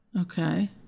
Okay